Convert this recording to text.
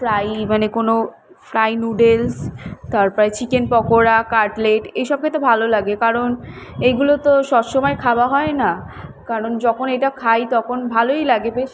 fry মানে কোনো fry noodles তারপরে চিকেন পকোড়া কাটলেট এইসব খেতে ভালো লাগে কারণ এইগুলো তো সস সময় খাওয়া হয় না কারণ যখন এটা খাই তখন ভালোই লাগে বেশ